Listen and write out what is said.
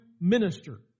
minister